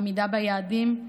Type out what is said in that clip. עמידה ביעדים.